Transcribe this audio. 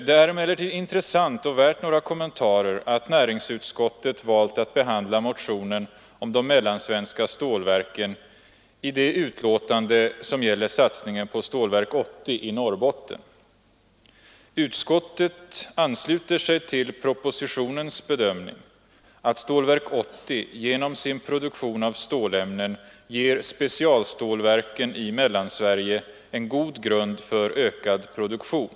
Det är emellertid intressant och värt några kommentarer att näringsutskottet valt att behandla motionen om de mellansvenska stålverken i det betänkande som gäller satsningen på Stålverk 80 i Norrbotten. Utskottet ansluter sig till propositionens bedömning att Stålverk 80 genom sin produktion av stålämnen ger specialstålverken i Mellansverige en god grund för ökad produktion.